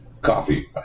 Coffee